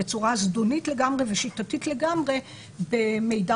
בצורה זדונית לגמרי ושיטתית לגמרי במידע